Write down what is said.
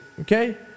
okay